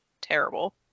terrible